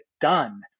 done